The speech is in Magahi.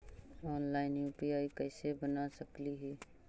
ऑनलाइन यु.पी.आई कैसे बना सकली ही?